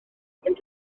roedd